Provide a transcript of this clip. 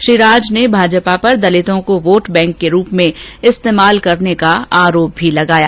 श्री राज ने भाजपा पर दलितों को वोट बैंक के रूप में इस्तेमाल करने का आरोप भी लगाया